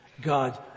God